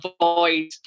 avoid